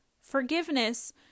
forgiveness